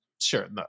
Sure